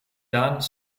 daan